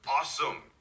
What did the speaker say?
awesome